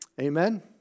Amen